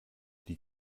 die